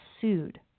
sued